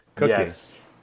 Yes